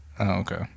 okay